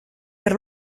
per